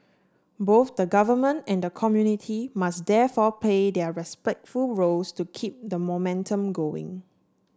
both the government and the community must therefore play their roles to keep the momentum going